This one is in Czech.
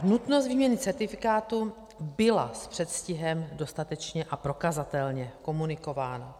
Nutnost výměny certifikátu byla s předstihem dostatečně a prokazatelně komunikována.